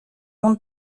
monde